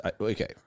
okay